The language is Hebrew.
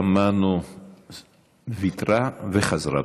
חברת הכנסת תמנו ויתרה וחזרה בה.